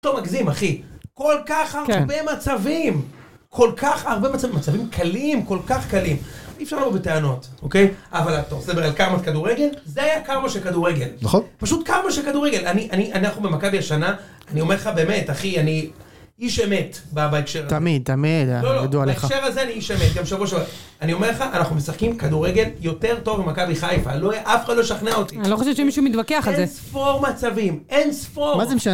‫מה פתאום מגזים, אחי? ‫כל כך הרבה מצבים. ‫כל כך הרבה מצבים... ‫מצבים קלים, כל כך קלים. ‫אי אפשר לבוא בטענות, אוקיי? ‫אבל אתה רוצה לדבר ‫על קארמת כדורגל? ‫זה קארמה של כדורגל. ‫-נכון. ‫פשוט קארמה של כדורגל. ‫אנחנו במכבי השנה, ‫אני אומר לך, באמת, אחי, ‫אני איש אמת בהקשר... ‫תמיד, תמיד, ידוע עליך. ‫-לא, לא, בהקשר הזה אני איש אמת. ‫גם שבוע שעבר.. ‫אני אומר לך, אנחנו משחקים כדורגל יותר טוב ממכבי חיפה. לא, אף אחד לא ישכנע אותי. אני לא חושבת שמישהו מתווכח על זה. אין ספור מצבים. אין ספור. מה זה משנה?